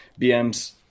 BMs